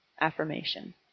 AFFIRMATION